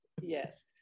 Yes